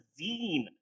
zine